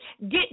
get